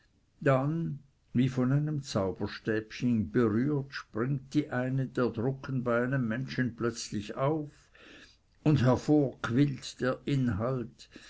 dann wie von einem zauberstäbchen berührt springt die eine der drucken bei einem menschen plötzlich auf und hervor quillt der inhalt